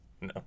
No